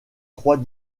trois